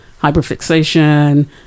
hyperfixation